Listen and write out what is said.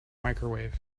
microwave